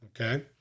Okay